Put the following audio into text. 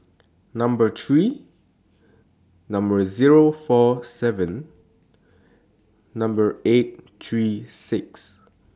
Number three Number Zero four seven Number eight three six